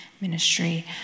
ministry